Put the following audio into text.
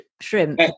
shrimp